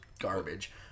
garbage